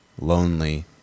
lonely